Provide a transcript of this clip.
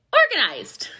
organized